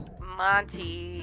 Monty